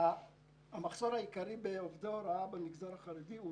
המחסור העיקרי בעובדי הוראה במגזר החרדי הוא